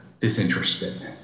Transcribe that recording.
disinterested